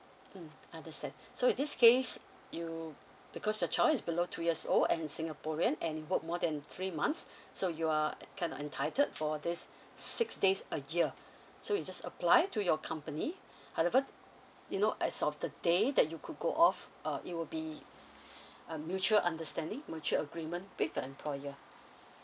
mm understand so in this case you because your child is below two years old and singaporean and you work more than three months so you are can entitled for this six days a year so you just apply to your company however you know as of the days that you could go off uh it will be a mutual understanding mutual agreement with your employer